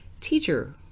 Teacher